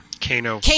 Kano